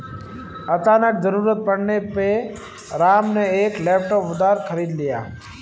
अचानक ज़रूरत पड़ने पे राम ने एक लैपटॉप उधार खरीद लिया